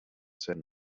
turn